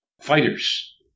fighters